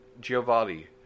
Giovanni